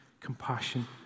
compassion